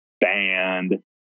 band